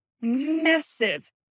massive